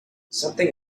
something